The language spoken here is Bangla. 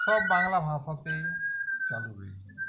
সব বাংলা ভাঁষাতেই চালু হয়েছে